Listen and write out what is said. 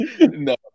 no